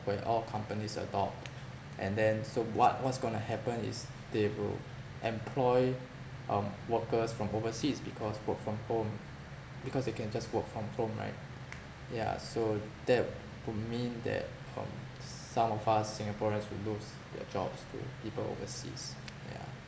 where all companies adopt and then so what~ what's going to happen is they will employ um workers from overseas because work from home because they can just work from home right yeah so that would mean that um s~ some of us singaporeans would lose their jobs to people overseas yeah